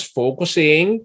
focusing